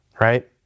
right